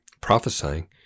prophesying